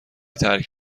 ترک